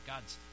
God's